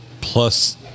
Plus